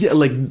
yeah like,